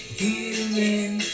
healing